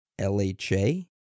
LHA